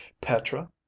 Petra